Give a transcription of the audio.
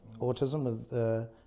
autism